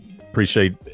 appreciate